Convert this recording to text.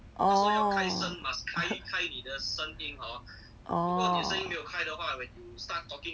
orh orh